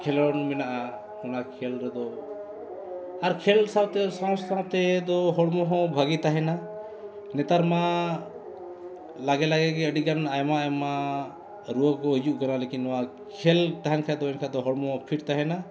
ᱠᱷᱮᱞᱳᱸᱰ ᱢᱮᱱᱟᱜᱼᱟ ᱚᱱᱟ ᱠᱷᱮᱞ ᱨᱮᱫᱚ ᱟᱨ ᱠᱷᱮᱞ ᱥᱟᱶᱛᱮ ᱥᱟᱶ ᱥᱟᱶᱛᱮ ᱫᱚ ᱦᱚᱲᱢᱚ ᱦᱚᱸ ᱵᱷᱟᱹᱜᱤ ᱛᱟᱦᱮᱱᱟ ᱱᱮᱛᱟᱨ ᱢᱟ ᱞᱟᱜᱮ ᱞᱟᱜᱮ ᱜᱮ ᱟᱹᱰᱤ ᱜᱟᱱ ᱟᱭᱢᱟ ᱟᱭᱢᱟ ᱨᱩᱣᱟᱹ ᱠᱚ ᱦᱤᱡᱩᱜ ᱠᱟᱱᱟ ᱞᱮᱠᱤᱱ ᱱᱚᱣᱟ ᱠᱷᱮᱞ ᱛᱟᱦᱮᱱ ᱠᱷᱟᱱ ᱫᱚ ᱮᱱᱠᱷᱟᱱ ᱫᱚ ᱦᱚᱲᱢᱚ ᱦᱚᱸ ᱯᱷᱤᱴ ᱛᱟᱦᱮᱱᱟ